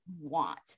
want